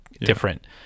different